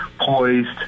poised